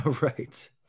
Right